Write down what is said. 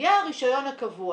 כשיהיה הרישיון הקבוע